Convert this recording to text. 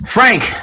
Frank